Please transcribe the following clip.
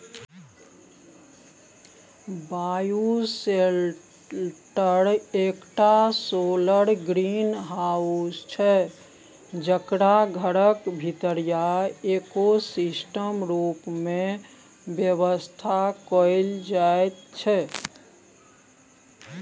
bioshelter एकटा solar greenhouse छै जकरा घरक भीतरीया इकोसिस्टम रुप मे बेबस्था कएल जाइत छै